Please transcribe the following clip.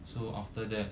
so after that